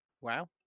Wow